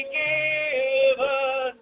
given